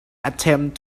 attempt